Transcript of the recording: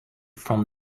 from